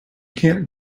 can’t